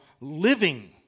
living